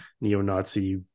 neo-Nazi